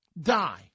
die